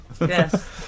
Yes